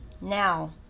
Now